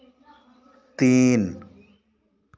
तीन